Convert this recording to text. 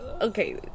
Okay